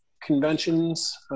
conventions